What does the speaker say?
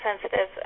sensitive